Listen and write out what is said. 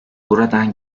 buradan